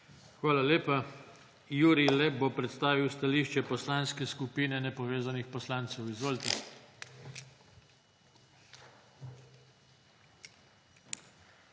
Hvala lepa. Jurij Lep bo predstavil stališče Poslanske skupine nepovezanih poslancev. Izvolite.